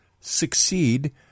succeed